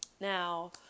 now